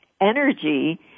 energy